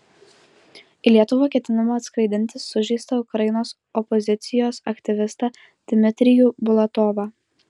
į lietuvą ketinama atskraidinti sužeistą ukrainos opozicijos aktyvistą dmitrijų bulatovą